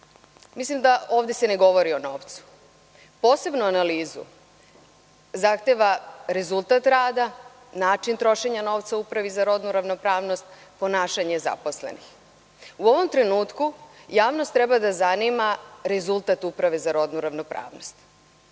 miliona. Ovde se ne govori o novcu. Posebnu analizu zahteva rezultat rada, način trošenja novca u Upravi za rodnu ravnopravnost, ponašanje zaposlenih. U ovom trenutku, javnost treba da zanima rezultat Uprave za rodnu ravnopravnost.